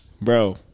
Bro